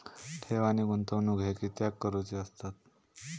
ठेव आणि गुंतवणूक हे कित्याक करुचे असतत?